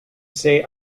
say